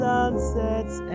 Sunsets